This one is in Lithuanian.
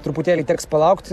truputėlį teks palaukti